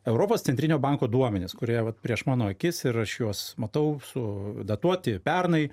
europos centrinio banko duomenis kurie vat prieš mano akis ir aš juos matau su datuoti pernai